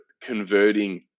converting